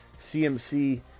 CMC